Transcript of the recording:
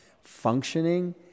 functioning